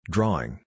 Drawing